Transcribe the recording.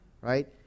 right